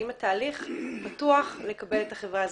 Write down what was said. האם התהליך פתוח לקבל את החברה האזרחית?